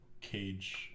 Cage